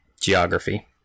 geography